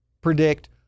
predict